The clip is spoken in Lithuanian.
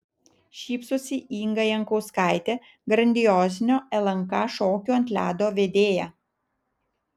šypsosi inga jankauskaitė grandiozinio lnk šokių ant ledo vedėja